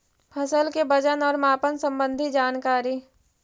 फसल के वजन और मापन संबंधी जनकारी?